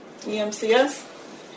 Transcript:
EMCS